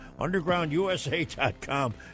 UndergroundUSA.com